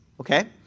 okay